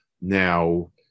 Now